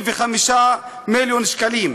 320.995 מיליארד שקלים.